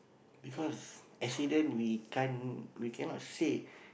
because accident we can't we cannot say